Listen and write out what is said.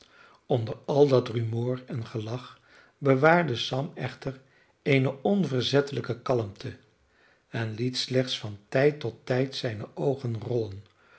onder al dat rumoer en gelach bewaarde sam echter eene onverzettelijke kalmte en liet slechts van tijd tot tijd zijne oogen rollen